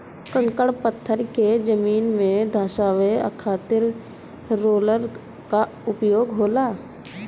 कंकड़ पत्थर के जमीन में धंसावे खातिर रोलर कअ उपयोग होला